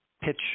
pitch